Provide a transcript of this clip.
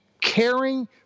caring